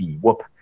whoop